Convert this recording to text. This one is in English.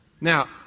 Now